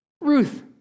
Ruth